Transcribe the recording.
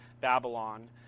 babylon